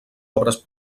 obres